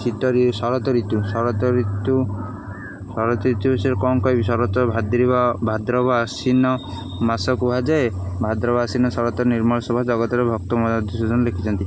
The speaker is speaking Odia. ଶୀତ ଋ ଶରତ ଋତୁ ଶରତ ଋତୁ ଶରତ ଋତୁ ବିଷୟରେ କ'ଣ କହିବି ଶରତ ଭାଦ୍ରବ ଭାଦ୍ରବ ଆଶ୍ଵିନ ମାସ କୁହାଯାଏ ଭାଦ୍ରବ ଆଶ୍ଵିନ ଶରତ ନିର୍ମଳଶୋଭା ଜଗତରେ ଭକ୍ତମୟ ଲେଖିଛନ୍ତି